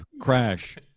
crash